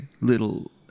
little